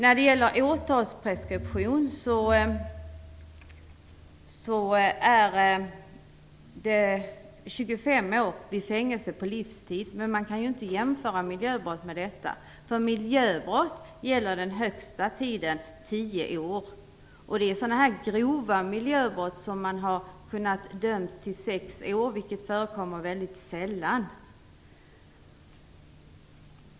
Preskriptionstiden för åtal är 25 år vid brott som straffas med fängelse på livstid. Man kan inte jämföra miljöbrott med dessa brott. För miljöbrott är den längsta preskriptionstiden 10 år. Det är grova miljöbrott, för vilka man kan dömas till fängelse i 6 år, vilket förekommer väldigt sällan.